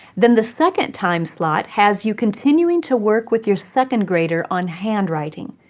then the second time slot has you continuing to work with your second grader on handwriting,